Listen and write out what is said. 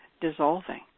dissolving